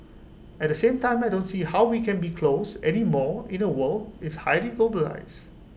at the same time I don't see how we can be closed anymore in A world is highly globalised